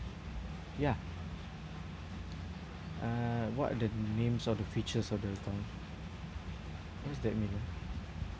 ya uh what are the names or the features of the account what does that mean ah